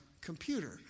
computer